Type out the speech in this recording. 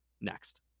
next